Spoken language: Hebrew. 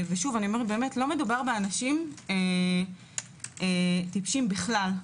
ולא מדובר באנשים טיפשים בכלל.